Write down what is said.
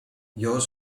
yours